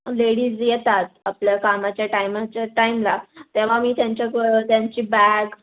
ladies येतात आपल्या कामाच्या टायमाच्या टाईमला तेव्हा मी त्यांच्याक त्यांची बॅग